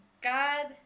God